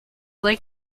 lake